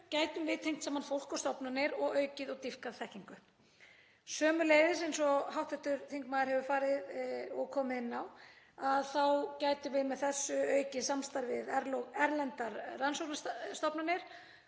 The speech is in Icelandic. gætum við tengt saman fólk og stofnanir og aukið og dýpkað þekkingu. Sömuleiðis, eins og hv. þingmaður hefur komið inn á, gætum við með þessu aukið samstarf við erlendar rannsóknarstofnanir.